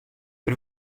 der